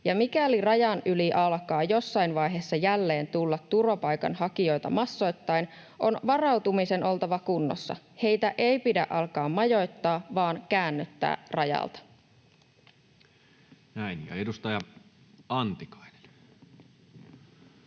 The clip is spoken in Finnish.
ja mikäli rajan yli alkaa jossain vaiheessa jälleen tulla turvapaikanhakijoita massoittain, on varautumisen oltava kunnossa. Heitä ei pidä alkaa majoittaa vaan käännyttää rajalta. [Speech 153] Speaker: Toinen